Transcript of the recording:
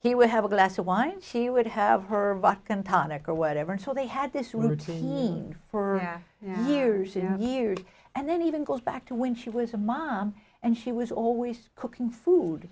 he would have a glass of wine she would have her back and tonic or whatever and so they had this routine for years and years and then even goes back to when she was a mom and she was always cooking food